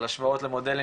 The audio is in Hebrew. על השוואות למודלים,